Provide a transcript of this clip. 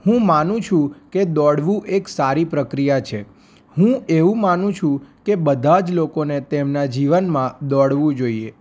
હું માનું છું કે દોડવું એક સારી પ્રક્રિયા છે હું એવું માનું છું કે બધા જ લોકોને તેમના જીવનમાં દોડવું જોઈએ